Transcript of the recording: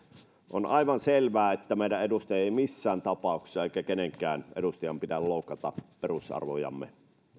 on aivan selvää että meidän edustajien ei missään tapauksessa eikä kenenkään edustajan pidä loukata perusarvojamme